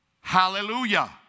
hallelujah